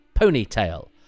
ponytail